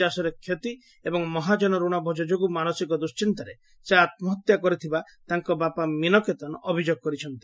ଚାଷରେ କ୍ଷତି ଏବଂ ମହାକନ ଋଣ ବୋଝ ଯୋଗୁଁ ମାନସିକ ଦୁଣ୍ନିନ୍ତାରେ ସେ ଆତ୍କହତ୍ୟା କରିଥିବା ତାଙ୍କ ବାପା ମୀନକେତନ ଅଭିଯୋଗ କରିଛନ୍ତି